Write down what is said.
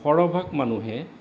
সৰহভাগ মানুহে